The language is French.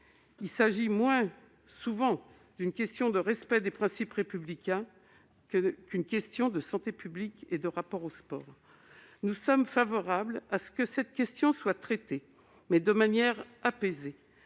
Il s'agit moins souvent d'une question de respect des principes républicains que d'une question de santé publique et de rapport au sport. Nous sommes favorables à ce que cette question soit traitée, mais de manière apaisée,